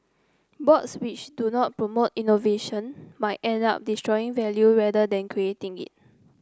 boards which do not promote innovation might end up destroying value rather than creating it